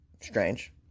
Strange